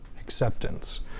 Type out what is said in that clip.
acceptance